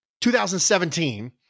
2017